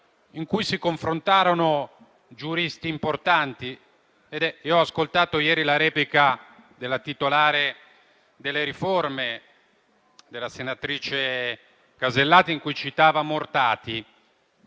in cui si confrontarono giuristi importanti. Ho ascoltato ieri la replica della titolare delle riforme, la senatrice Alberti Casellati, in cui citava Mortati,